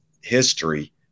history